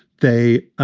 they